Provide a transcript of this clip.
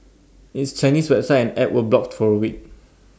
its Chinese website and app were blocked for A week